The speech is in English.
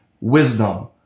Wisdom